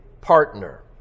partner